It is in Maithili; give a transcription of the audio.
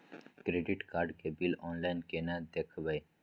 क्रेडिट कार्ड के बिल ऑनलाइन केना देखबय?